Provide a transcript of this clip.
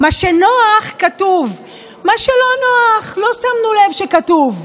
מה שנוח, כתוב, ומה שלא נוח, לא שמנו לב שכתוב.